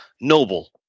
noble